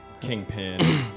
Kingpin